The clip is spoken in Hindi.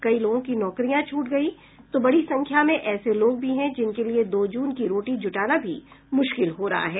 कई लोगों की नौकरियां छूट गयी है तो बड़ी संख्या में ऐसे लोग भी हैं जिनके लिए दो जून की रोटी जुटाना भी मुश्किल हो रहा है